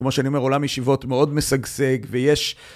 כמו שאני אומר, עולם ישיבות מאוד משגשג ויש...